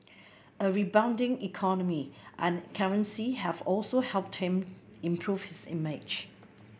a rebounding economy and currency have also helped him improve his image